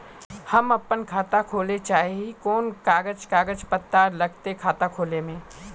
हम अपन खाता खोले चाहे ही कोन कागज कागज पत्तार लगते खाता खोले में?